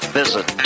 visit